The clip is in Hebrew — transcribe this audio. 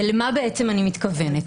למה אני מתכוונת?